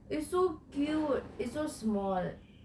it's so cute it's so small